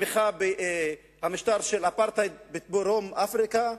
בתמיכה במשטר האפרטהייד בדרום-אפריקה,